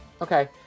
Okay